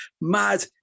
mad